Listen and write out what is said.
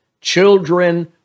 Children